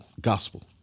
Gospel